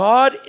God